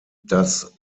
das